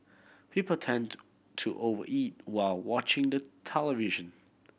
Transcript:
people tend to over eat while watching the television